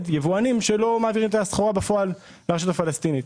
יבואנים שלא מעבירים את הסחורה בפועל לרשות הפלסטינית.